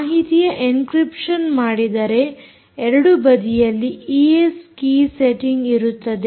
ಮಾಹಿತಿಯ ಎಂಕ್ರಿಪ್ಷನ್ ಮಾಡಿದರೆ ಎರಡು ಬದಿಯಲ್ಲಿ ಈಎಸ್ ಕೀ ಸೆಟ್ಟಿಂಗ್ ಇರುತ್ತದೆ